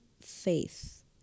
faith